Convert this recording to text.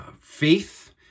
faith